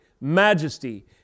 majesty